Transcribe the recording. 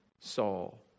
Saul